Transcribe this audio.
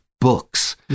books